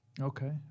Okay